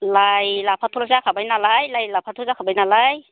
लाइ लाफाफोर जाखाबाय नालाय लाइ लाफाथ जाखाबाय नालाय